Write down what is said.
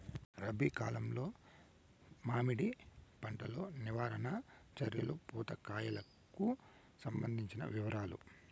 రబి కాలంలో మామిడి పంట లో నివారణ చర్యలు పూత కాయలకు సంబంధించిన వివరాలు?